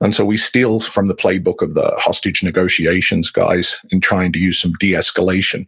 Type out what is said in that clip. and so we steal from the playbook of the hostage negotiations guys in trying to use some deescalation